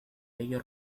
bello